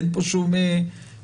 אין פה שום תועלת.